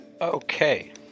Okay